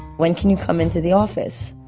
when can you come into the office?